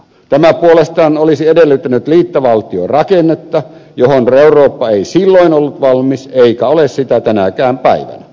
tämä puolestaan olisi edellyttänyt liittovaltiorakennetta johon eurooppa ei silloin ollut valmis eikä ole sitä tänäkään päivänä